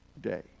day